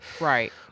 Right